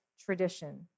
tradition